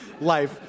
life